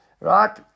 right